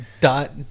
Dot